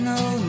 no